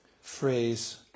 phrase